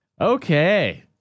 Okay